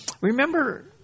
Remember